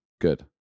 Good